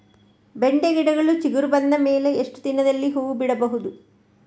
ಬೆಂಡೆ ಗಿಡಗಳು ಚಿಗುರು ಬಂದ ಮೇಲೆ ಎಷ್ಟು ದಿನದಲ್ಲಿ ಹೂ ಬಿಡಬಹುದು?